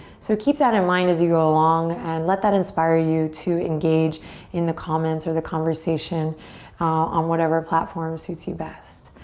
so keep that in mind as you go along and let that inspire you to engage in the comments or the conversation on whatever platform suits you best.